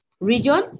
region